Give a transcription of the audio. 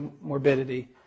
morbidity